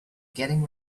getting